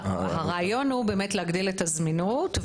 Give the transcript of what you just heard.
הרעיון הוא באמת להגדיל את הזמינות,